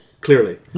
clearly